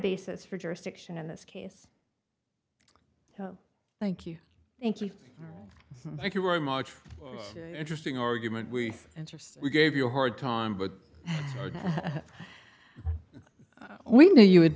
basis for jurisdiction in this case so thank you thank you thank you very much interesting argument we entered we gave you a hard time but we knew you